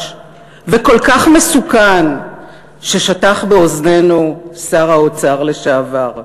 וכל כך מסוכן ששטח באוזנינו שר האוצר לשעבר.